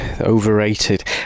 overrated